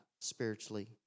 spiritually